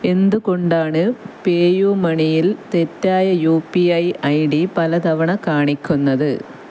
എന്തുകൊണ്ടാണ് പേയു മണിയിൽ തെറ്റായ U P I I D പല തവണ കാണിക്കുന്നത്